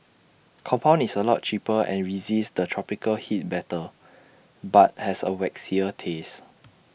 compound is A lot cheaper and resists the tropical heat better but has A waxier taste